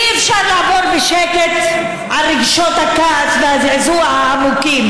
אי-אפשר לעבור בשקט על רגשות הכעס והזעזוע העמוקים